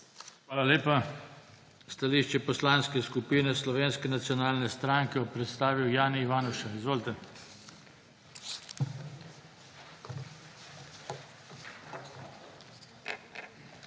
Hvala lepa. Stališče Poslanske skupine Slovenske nacionalne stranke bo predstavil Jani Ivanuša. Izvolite. JANI